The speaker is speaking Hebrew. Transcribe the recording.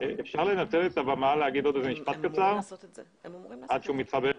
לנצל את הבמה להגיד עוד משפט קצר עד שהוא מתחבר?